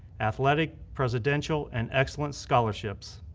athletic, presidential and excellence scholarships.